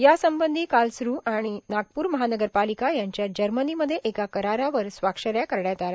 या संबंधी कार्लसरू आणि नागपूर महानगरपालिका यांच्यात जर्मनीमध्ये एका करारावर स्वाक्षऱ्या करण्यात आल्या